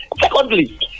Secondly